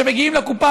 כשמגיעים לקופה,